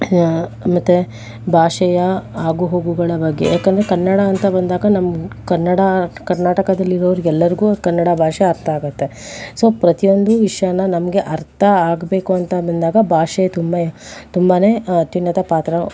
ಮತ್ತೆ ಭಾಷೆಯ ಆಗುಹೋಗುಗಳ ಬಗ್ಗೆ ಯಾಕಂದರೆ ಕನ್ನಡ ಅಂತ ಬಂದಾಗ ನಮ್ಮ ಕನ್ನಡ ಕರ್ನಾಟಕದಲ್ಲಿರೋರಿಗೆ ಎಲ್ಲರಿಗೂ ಕನ್ನಡ ಭಾಷೆ ಅರ್ಥ ಆಗುತ್ತೆ ಸೊ ಪ್ರತಿಯೊಂದು ವಿಷಯನ ನಮಗೆ ಅರ್ಥ ಆಗ್ಬೇಕು ಅಂತ ಬಂದಾಗ ಭಾಷೆ ತುಂಬ ತುಂಬನೇ ಅತ್ಯುನ್ನತ ಪಾತ್ರ